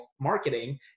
marketing